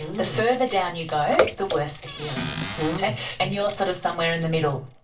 the further down you go, the worse the hearing and you're sort of somewhere in the middle.